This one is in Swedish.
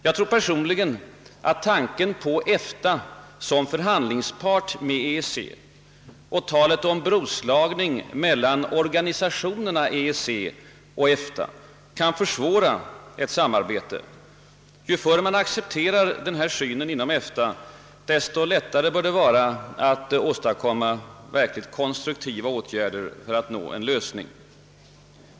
Jag tror personligen att tanken på EFTA som förhandlingspart och talet om broslagning mellan organisationerna EEC och EFTA kan försvåra ett samarbete. Ju förr man inom EFTA accepterar denna syn, desto lättare bör det vara att möjliggöra verkligt konstruktiva åtgärder för att nå en lösning.